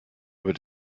über